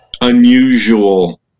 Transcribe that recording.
unusual